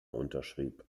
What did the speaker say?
unterschrieb